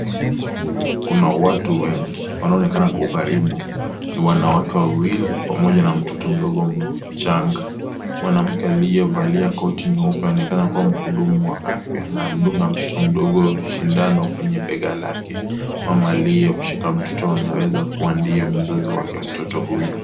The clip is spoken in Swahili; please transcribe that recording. Kuna watu wengi wanaonekana kuwa karibu, kuna wanawake wawili pamoja na mtoto mdogo mchanga . Mwanamke aliyevalia koti nyeupe anaonekana kuwa mhudumu wa afya na kumdunga mtoto mdogo sindano kwenye bega lake, mama aliyemshika mtoto anaezakuwa ndiye mzazi wake mtoto huyu.